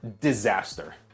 disaster